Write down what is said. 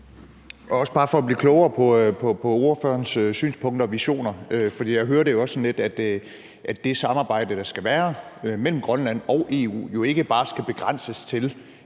er bare for også at blive klogere på ordførerens synspunkter og visioner, for jeg hører det jo også lidt sådan, at det samarbejde, der skal være mellem Grønland og EU, ikke bare skal begrænses til